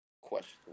question